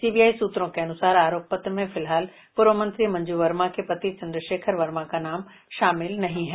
CBI सूत्रों के अनुसार आरोप पत्र में फिलहाल पूर्व मंत्री मंजू वर्मा के पति चन्द्रशेखर वर्मा का नाम शामिल नहीं है